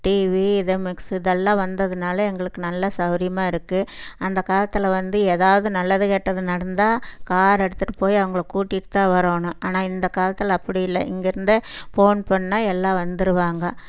TV இது mixie இதெல்லாம் வந்ததுனால் எங்களுக்கு நல்ல சவுகரியமாருக்கு அந்த காலத்தில் வந்து எதாவது நல்லது கெட்டது நடந்தாக காரெடுத்துகிட்டு போய் அவங்ள கூட்டிகிட்டுதான் வரணும் ஆனால் இந்த காலத்தில் அப்படி இல்லை இங்கிருந்தே ஃபோன் பண்ணிணா எல்லா வந்திருவாங்க